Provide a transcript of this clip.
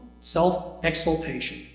Self-exaltation